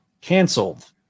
canceled